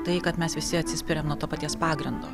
tai kad mes visi atsispiriam nuo to paties pagrindo